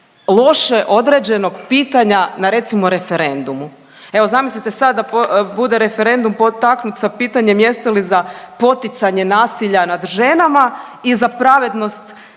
loše određenog pitanja na recimo referendumu. Evo zamislite sad da bude referendum potaknut sa pitanjem jeste li za poticanje nasilja nad ženama i za pravednost